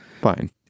Fine